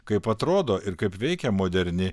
kaip atrodo ir kaip veikia moderni